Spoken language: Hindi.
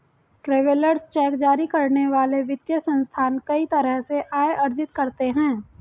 ट्रैवेलर्स चेक जारी करने वाले वित्तीय संस्थान कई तरह से आय अर्जित करते हैं